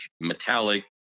metallic